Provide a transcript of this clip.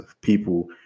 people